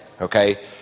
okay